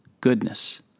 goodness